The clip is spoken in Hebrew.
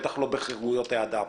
בטח לא בחירויות האדם,